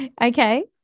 Okay